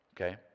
okay